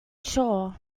sure